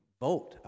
vote